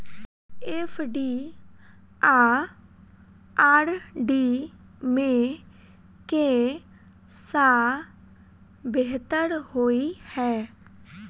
FD आ RD मे केँ सा बेहतर होइ है?